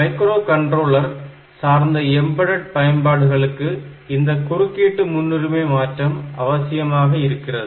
micro controller சார்ந்த embedded பயன்பாடுகளுக்கு இந்த குறுக்கீட்டு முன்னுரிமை மாற்றம் அவசியமாக இருக்கிறது